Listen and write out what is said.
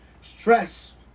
Stress